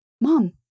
mom